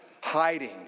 hiding